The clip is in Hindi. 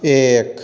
एक